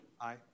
Aye